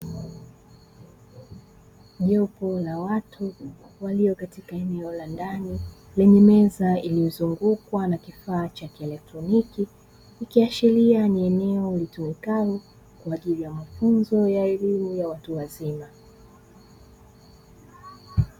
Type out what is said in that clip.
Jopo la watu walio katika eneo la ndani lenye meza iliyozungukwa na kifaa cha kielektroniki, ikiashiria ni eneo litumikalo kwa ajili ya mafunzo ya elimu ya watu wazima.